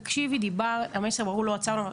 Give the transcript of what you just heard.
תבדוק אותי.